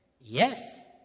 Yes